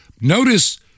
Notice